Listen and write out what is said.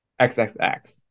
xxx